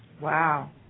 Wow